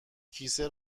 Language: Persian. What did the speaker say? کیسه